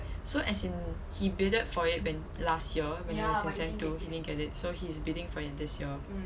so as in he bided for it when last year when it was in sem two he didn't get it so he's bidding for it this year